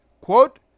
quote